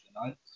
tonight